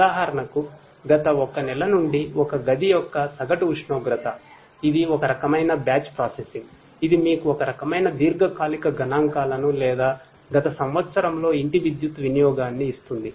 ఉదాహరణకు గత ఒక నెల నుండి ఒక గది యొక్క సగటు ఉష్ణోగ్రత ఇది ఒక రకమైన బ్యాచ్ ఇది మీకు ఒక రకమైన దీర్ఘకాలిక గణాంకాలను లేదా గత సంవత్సరంలో ఇంటి విద్యుత్ వినియోగాన్ని ఇస్తుంది